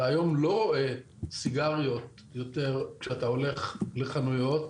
היום אתה לא רואה סיגריות כשאתה הולך לחנויות,